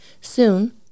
Soon